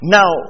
Now